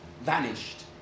vanished